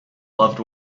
loved